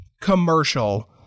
commercial